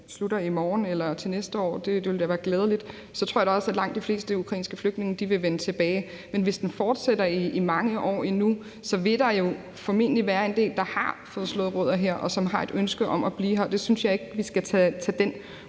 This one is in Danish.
slutter i morgen eller til næste år – det ville da være glædeligt – så tror jeg også, at langt de fleste ukrainske flygtninge ville vende tilbage. Men hvis krigen fortsætter i mange år endnu, vil der jo formentlig være en del, der har fået slået rødder her, og som vil have et ønske om at blive her, og den mulighed synes jeg ikke vi skal tage fra